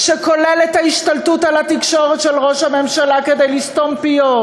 שכולל את ההשתלטות של ראש הממשלה על התקשורת כדי לסתום פיות,